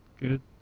Good